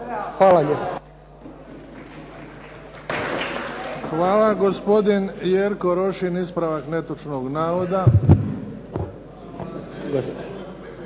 Hvala. Gospodin Jerko Rošin. Ispravak netočnog navoda.